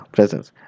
Presence